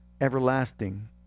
everlasting